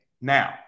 Now